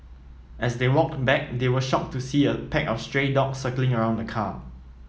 as they walked back they were shocked to see a pack of stray dogs circling around the car